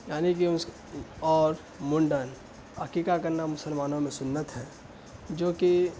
یعنی کہ اس اور منڈن عقیقہ کرنا مسلمانوں میں سنت ہے جوکہ